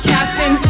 Captain